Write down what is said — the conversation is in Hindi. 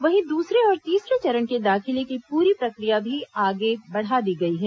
वहीं दूसरे और तीसरे चरण के दाखिले की पूरी प्रक्रिया भी आगे बढ़ा दी गई है